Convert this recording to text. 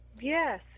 Yes